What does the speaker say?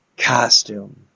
Costume